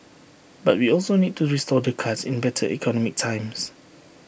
but we also need to restore the cuts in better economic times